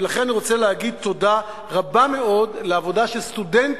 ולכן אני רוצה להגיד תודה רבה מאוד על העבודה של הסטודנטים,